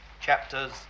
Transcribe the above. chapters